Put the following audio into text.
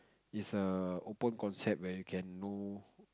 is a open concept where you can know